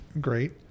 great